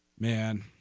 man